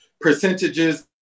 percentages